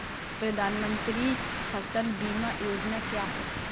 प्रधानमंत्री फसल बीमा योजना क्या है?